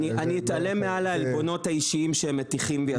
אתעלם מהעלבונות האישיים שהם מטיחים השכם והערב.